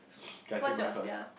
K I say mine first